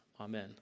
Amen